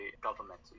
government